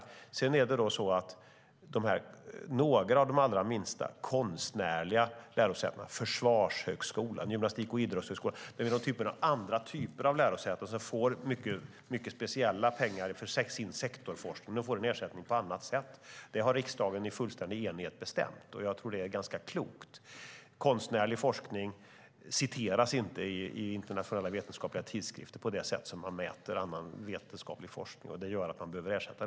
Några av de allra minsta lärosätena med andra typer av utbildningar - de konstnärliga, Försvarshögskolan, Gymnastik och idrottshögskolan - får speciella pengar för sin sektorsforskning. De får ersättning på annat sätt. Det har riksdagen i fullständig enighet bestämt, och jag tror att det är ganska klokt. Konstnärlig forskning citeras inte i internationella, vetenskapliga tidskrifter på samma sätt som annan, vetenskaplig forskning, vilket gör den senare mätbar.